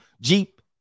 Jeep